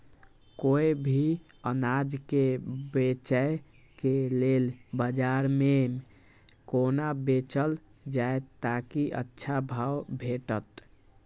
कोय भी अनाज के बेचै के लेल बाजार में कोना बेचल जाएत ताकि अच्छा भाव भेटत?